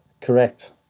Correct